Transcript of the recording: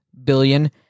Billion